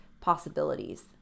possibilities